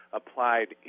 applied